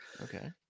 okay